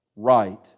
right